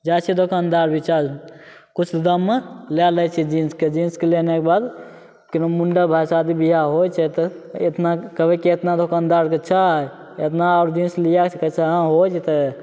जाइ छिए दोकनदार विचार किछु दाममे लै लै छिए जीन्स जीन्सके लेने के बाद मुण्डन शादी बिआह होइ छै तऽ एतना कहबै कि एतना दोकनदारके छै एतना आओर जीन्स लिए सकै छै हाँ हो जेतै